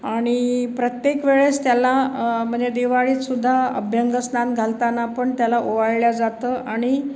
आणि प्रत्येक वेळेस त्याला म्हणजे दिवाळीत सुद्धा अभ्यंगस्नान घालताना पण त्याला ओवाळलं जातं आणि